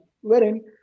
wherein